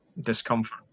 discomfort